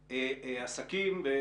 דומים.